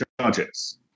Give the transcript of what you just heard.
judges